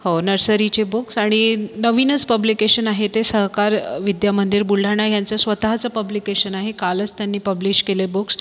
हो नर्सरीचे बुक्स आणी नवीनच पब्लिकेशन आहे ते सहकार विद्यामंदिर बुलढाणा यांचं स्वत चं पब्लिकेशन आहे कालच त्यांनी पब्लिश केले बुक्स